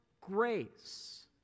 grace